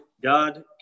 God